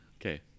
Okay